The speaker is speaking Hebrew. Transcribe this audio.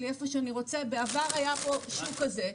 איפה שאני רוצה" - בעבר היה שוק כזה,